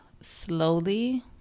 slowly